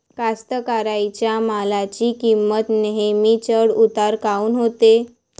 कास्तकाराइच्या मालाची किंमत नेहमी चढ उतार काऊन होते?